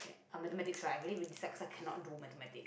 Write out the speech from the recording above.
a mathematics right I really dislike 'cause I cannot do mathematics